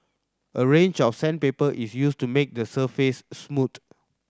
a range of sandpaper is used to make the surface smooth